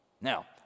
Now